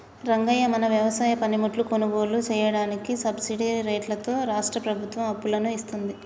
రంగయ్య మన వ్యవసాయ పనిముట్లు కొనుగోలు సెయ్యదానికి సబ్బిడి రేట్లతో రాష్ట్రా ప్రభుత్వం అప్పులను ఇత్తుంది